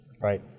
Right